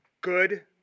good